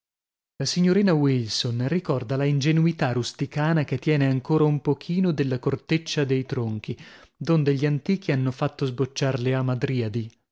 la signorina wilson ricorda la ingenuità rusticana che tiene ancora un pochino della corteccia dei tronchi donde gli antichi hanno fatto sbocciar le amadriadi